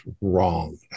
wrong